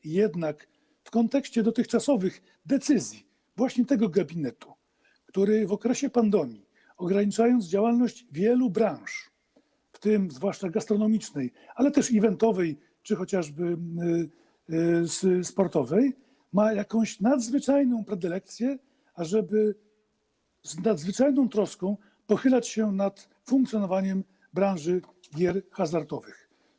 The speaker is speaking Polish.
Chodzi jednak o kontekst dotychczasowych decyzji właśnie tego gabinetu, który w okresie pandemii ograniczając działalność wielu branż, w tym zwłaszcza gastronomicznej, ale też eventowej czy chociażby sportowej, ma jakąś nadzwyczajną predylekcję, ażeby z nadzwyczajną troską pochylać się nad funkcjonowaniem branży gier hazardowych.